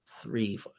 three